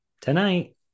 tonight